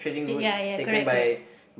ya ya correct correct